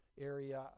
area